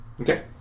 Okay